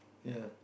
ya